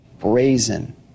brazen